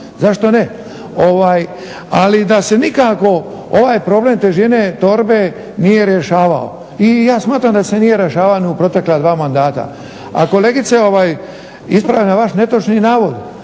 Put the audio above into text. zašto ne, ali da se nikako ovaj problem težine torbe nije rješavao i ja smatram da se nije rješavao ni u protekla dva mandata. A kolegice ispravljam vaš netočni navod,